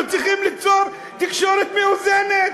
אנחנו צריכים ליצור תקשורת מאוזנת,